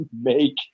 make